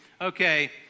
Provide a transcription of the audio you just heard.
okay